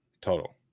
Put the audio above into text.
total